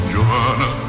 Johanna